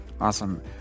Awesome